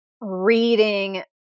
Reading